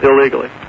illegally